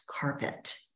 carpet